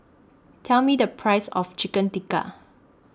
Tell Me The Price of Chicken Tikka